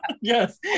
yes